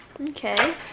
Okay